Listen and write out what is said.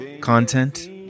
content